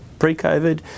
Pre-COVID